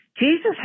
Jesus